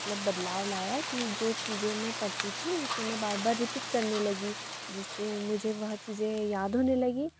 मतलब बदलाव लाया है कि जो चीज़ें मैं पढ़ती थी उसे मैं बार बार रीपीट करने लगी जिससे मुझे वह चीज़ें याद होने लगी